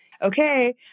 Okay